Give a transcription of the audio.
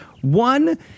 One